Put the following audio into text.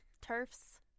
turfs